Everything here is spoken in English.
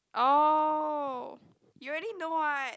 oh you already know [what]